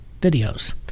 videos